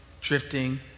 drifting